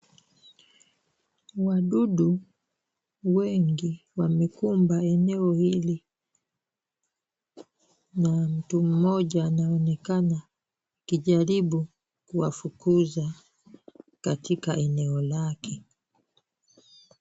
Wadudu wengi wamekumba eneo hili, na mtu mmoja anaonekana akijaribu kuwafukuza katika eneo lake.